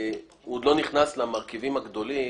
נכנס למרכיבים הגדולים